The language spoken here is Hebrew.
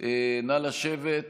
נא לשבת.